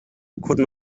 could